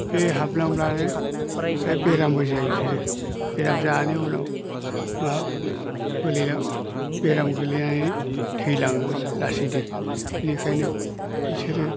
बे हामलांब्लानो बे बेरामबो जायो बिसोरो बेराम जानानै उनाव मा बेराम गोग्लैनानै थैलाङो लासैनो बिनिखायनो बिसोरो